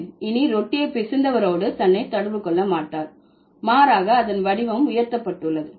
பெண் இனி ரொட்டியை பிசைந்தவரோடு தன்னை தொடர்பு கொள்ளமாட்டார் மாறாக அதன் வடிவம் உயர்த்தப்பட்டுள்ளது